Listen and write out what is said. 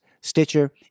Stitcher